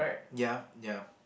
ya ya